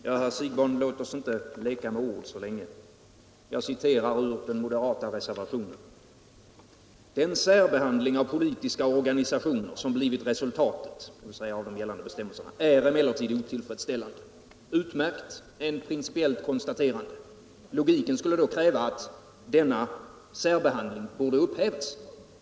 Herr talman! Låt oss inte leka med ord så länge, herr Siegbahn! Jag citerar ur den moderata reservationen: ”Den särbehandling av politiska organisationer som blivit resultatet” — dvs. av de gällande bestämmelserna — ”är emellertid otillfredsställande.” Utmärkt! Det är ett principiellt konstaterande. Logiken skulle då kräva att denna särbehandling borde upphävas.